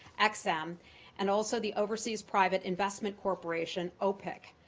ex-im, and also the overseas private investment corporation, opic.